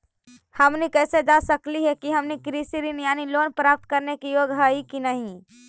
हमनी कैसे जांच सकली हे कि हमनी कृषि ऋण यानी लोन प्राप्त करने के योग्य हई कि नहीं?